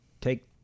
take